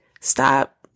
Stop